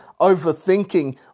Overthinking